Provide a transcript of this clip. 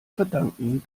verdanken